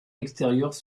extérieurs